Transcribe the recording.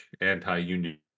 anti-union